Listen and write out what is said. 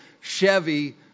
Chevy